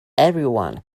everyone